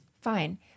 fine